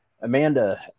Amanda